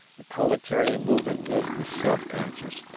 the proletarian movement is the self-conscious,